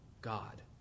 God